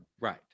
Right